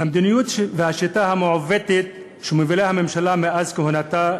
המדיניות והשיטה המעוותת שמובילה הממשלה מאז תחילת כהונתה,